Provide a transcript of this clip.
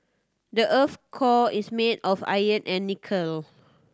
the earth's core is made of iron and nickel